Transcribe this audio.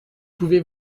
pouvez